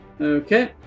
okay